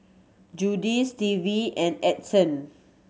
Judie Stevie and Edson